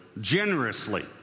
generously